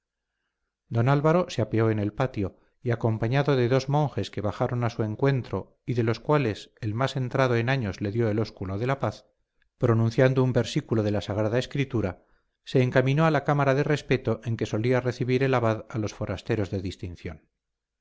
don álvaro se apeó en el patio y acompañado de dos monjes que bajaron a su encuentro y de los cuales el más entrado en años le dio el ósculo de paz pronunciando un versículo de la sagrada escritura se encaminó a la cámara de respeto en que solía recibir el abad a los forasteros de distinción